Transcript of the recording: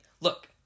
Look